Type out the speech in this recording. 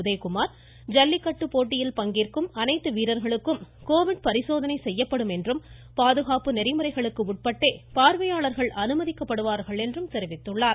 உதயகுமார் ஜல்லிக்கட்டு போட்டியில் பங்கேற்கும் அனைத்து வீரர்களுக்கும் கோவிட் பரிசோதனை செய்யப்படும் என்றும் பாதுகாப்பு நெறிமுறைகளுக்கு உட்பட்டே பார்வையாளர்கள் அனுமதிக்கப்படுவார்கள் என்றும் கூறினார்